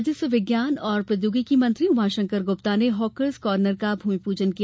राजस्व विज्ञान और प्रौद्योगिकी मंत्री उमाशंकर गुप्ता ने हाकर्स कार्नर का भूमि पूजन किया